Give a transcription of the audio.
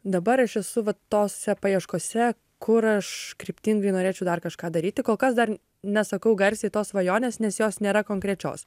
dabar aš esu vat tose paieškose kur aš kryptingai norėčiau dar kažką daryti kol kas dar nesakau garsiai tos svajonės nes jos nėra konkrečios